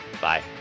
Bye